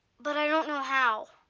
but i don't know how.